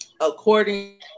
according